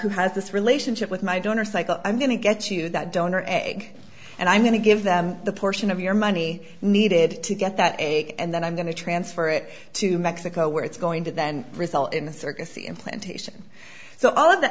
who has this relationship with my donor cycle i'm going to get to that donor egg and i'm going to give them the portion of your money needed to get that and then i'm going to transfer it to mexico where it's going to then resell in the circassian plantation so all of the